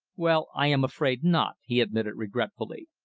well, i am afraid not, he admitted regretfully.